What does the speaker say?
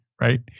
right